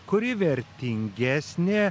kuri vertingesnė